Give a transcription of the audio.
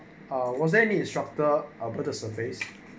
ah was any instructor or put a surface